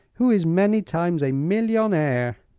who is many times a millionaire.